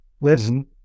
Listen